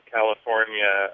California